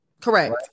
Correct